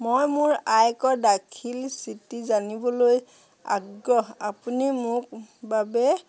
মই মোৰ আয়কৰ দাখিল স্থিতি জানিবলৈ আগ্ৰহী আপুনি মোৰ বাবে